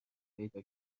پیدا